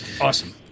Awesome